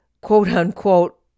quote-unquote